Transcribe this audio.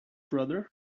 brother